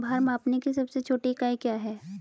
भार मापने की सबसे छोटी इकाई क्या है?